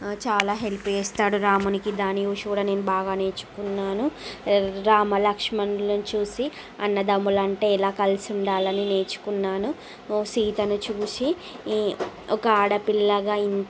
చాలా హెల్ప్ చేస్తాడు రామునికి దానిని చూసి కూడా నేను బాగా నేర్చుకున్నాను రామలక్ష్మణులను చూసి అన్నదమ్ములు అంటే ఎలా కలిసి ఉండాలని నేర్చుకున్నాను సీతను చూసి ఒక ఆడపిల్లగా